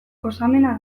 gozamena